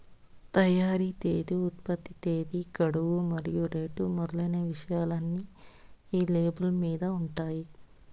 తయారీ తేదీ ఉత్పత్తి తేదీ గడువు మరియు రేటు మొదలైన విషయాలన్నీ ఈ లేబుల్ మీద ఉంటాయి